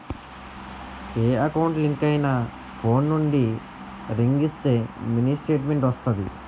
ఏ account link అయినా phone నుండి ring ఇస్తే మినీ స్టేట్మెంట్ వస్తాది